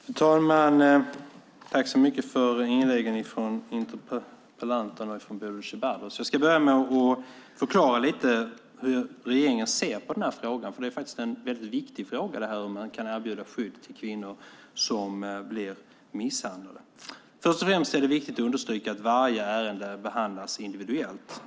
Fru talman! Tack så mycket för inläggen från interpellanten och Bodil Ceballos. Jag ska börja med att förklara lite hur regeringen ser på frågan. Det är en viktig fråga hur skydd kan erbjudas till kvinnor som blir misshandlade. Först och främst är det viktigt att understryka att varje ärende behandlas individuellt.